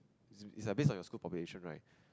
is is like base on your school population right